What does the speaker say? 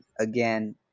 again